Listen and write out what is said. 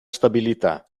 stabilità